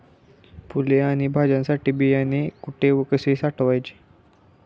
फुले आणि भाज्यांसाठी बियाणे कुठे व कसे साठवायचे?